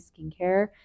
skincare